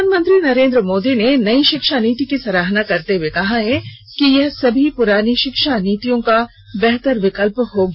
प्रधानमंत्री नरेन्द्र मोदी ने नई शिक्षा नीति की सराहना करते हुए कहा है कि यह सभी पुरानी शिक्षा नीतियों का बेहतर विकल्प होगी